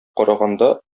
караганда